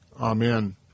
Amen